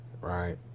Right